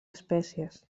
espècies